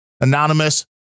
anonymous